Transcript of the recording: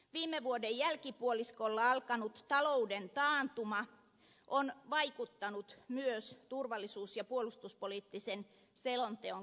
viime vuoden jälkipuoliskolla alkanut talouden taantuma on vaikuttanut myös turvallisuus ja puolustuspoliittisen selonteon käsittelyprosessiin